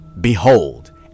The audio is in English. Behold